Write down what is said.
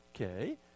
Okay